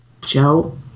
Joe